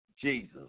Jesus